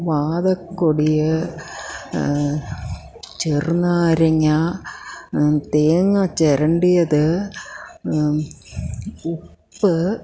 വാതക്കൊടി ചെറുന്നാരങ്ങ തേങ്ങ ചുരണ്ടിയത് ഉപ്പ്